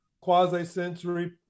quasi-sensory